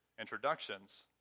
introductions